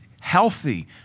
healthy